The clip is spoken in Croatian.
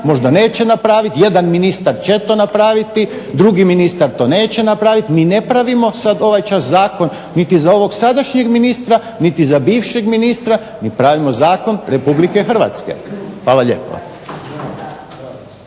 možda neće napraviti, jedan ministar će to napraviti, drugi ministar neće to napraviti, mi ne pravimo sada ovaj čas Zakon niti za ovog sadašnjeg ministra, niti za bivšem ministra, mi pravimo zakon Republike Hrvatske. Hvala lijepa.